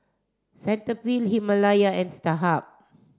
Cetaphil Himalaya and Starhub